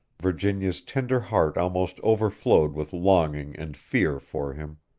virginia's tender heart almost overflowed with longing and fear for him.